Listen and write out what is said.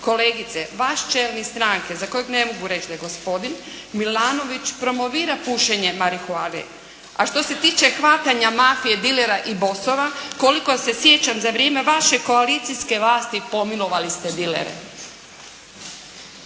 kolegice vaš čelnik stranke za kojeg ne mogu reći da je gospodin, Milanović, promovira pušenje marihuane. A što se tiče hvatanja mafije, dilera i bossova, koliko se sjećam za vrijeme vaše koalicijske vlasti pomilovali ste dilere.